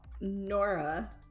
Nora